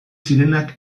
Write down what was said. zirenak